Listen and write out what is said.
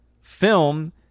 film